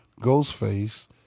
Ghostface